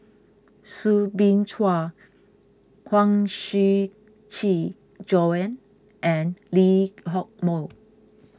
Soo Bin Chua Huang Shiqi Joan and Lee Hock Moh